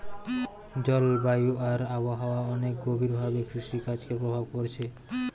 জলবায়ু আর আবহাওয়া অনেক গভীর ভাবে কৃষিকাজকে প্রভাব কোরছে